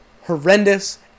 horrendous